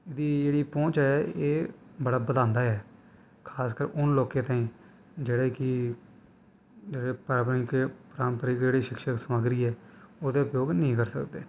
इं'दी जेह्ड़ी पौंह्च ऐ एह् बड़ा बधांदा ऐ खासकर उ'न्न लोकें ताईं जेह्ड़े कि जेह्ड़े परामपिक पारम्परिक जेह्ड़ी शिक्षा समग्री ऐ ओह्दा उपयोग नेईं करी सकदे